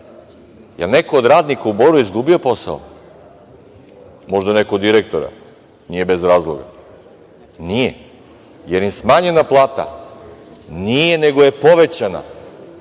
Jel neko od radnika u Boru izgubio posao? Možda neko od direktora, ali nije bez razloga. Nije. Jel im smanjena plata? Nije, nego je povećana.